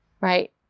right